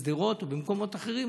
בשדרות ובמקומות אחרים,